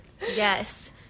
Yes